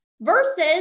versus